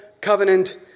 covenant